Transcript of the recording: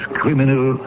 criminal